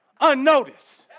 unnoticed